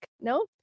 no